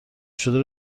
شده